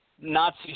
Nazi